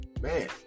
Man